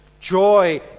joy